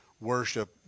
worship